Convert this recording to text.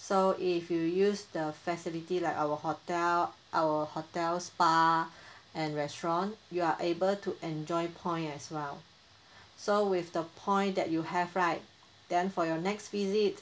so if you use the facilities like our hotel our hotel spa and restaurant you are able to enjoy point as well so with the point that you have right then for your next visit